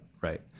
right